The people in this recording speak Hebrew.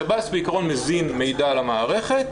השב"ס בעקרון מזין מידע למערכת,